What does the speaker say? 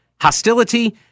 hostility